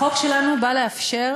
החוק שלנו בא לאפשר